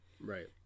Right